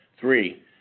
Three